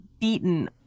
beaten